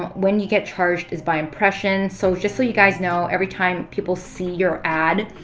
when you get charged is by impressions. so just so you guys know, every time people see your ad,